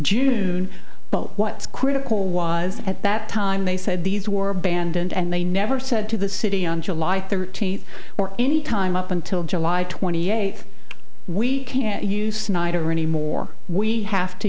june but what's critical was at that time they said these were abandoned and they never said to the city on july thirteenth or any time up until july twenty eighth we can't use night or any more we have to